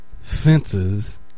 fences